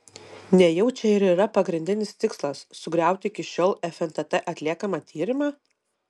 nejau čia ir yra pagrindinis tikslas sugriauti iki šiol fntt atliekamą tyrimą